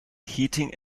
heating